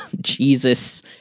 Jesus